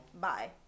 Bye